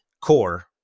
Core